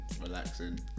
relaxing